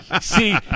See